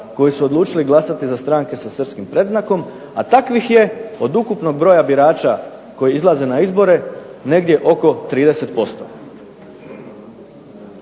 koji su odlučili glasati za stranke sa srpskim predznakom, a takvih je od ukupnog broja birača koji izlaze na izbore negdje oko 30%.